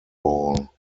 ball